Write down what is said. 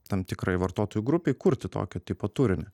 tam tikrai vartotojų grupei kurti tokį tipo turinį